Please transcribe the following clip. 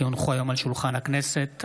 כי הונחו היום על שולחן הכנסת,